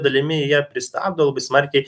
dalimi jie pristabdo labai smarkiai